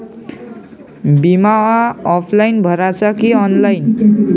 बिमा ऑफलाईन भराचा का ऑनलाईन?